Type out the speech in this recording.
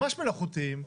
ממש מלאכותיים.